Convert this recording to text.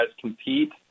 compete